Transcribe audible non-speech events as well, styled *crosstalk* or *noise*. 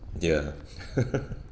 ya *laughs*